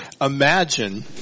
Imagine